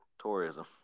tourism